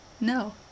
no